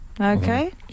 Okay